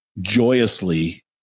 joyously